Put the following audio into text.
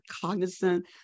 cognizant